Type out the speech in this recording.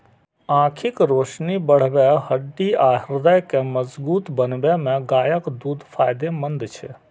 आंखिक रोशनी बढ़बै, हड्डी आ हृदय के मजगूत बनबै मे गायक दूध फायदेमंद छै